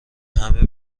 همه